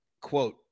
quote